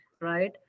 right